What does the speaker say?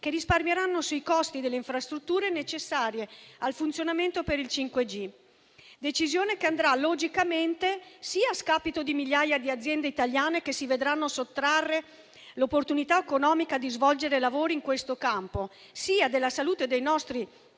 che risparmieranno sui costi delle infrastrutture necessarie al funzionamento del 5G. Tale decisione andrà logicamente sia a scapito di migliaia di aziende italiane, che si vedranno sottrarre l'opportunità economica di svolgere lavori in questo campo, sia a scapito della salute dei nostri